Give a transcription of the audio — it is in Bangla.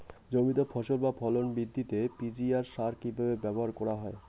জমিতে ফসল বা ফলন বৃদ্ধিতে পি.জি.আর সার কীভাবে ব্যবহার করা হয়?